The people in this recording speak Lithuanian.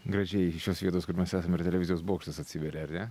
gražiai iš šios vietos kur mes esam ir televizijos bokštas atsiveria ar ne